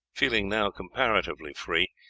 feeling now comparatively free,